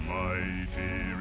mighty